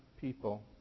people